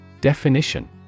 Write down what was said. Definition